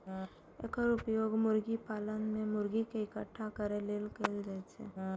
एकर उपयोग मुर्गी पालन मे मुर्गी कें इकट्ठा करै लेल कैल जाइ छै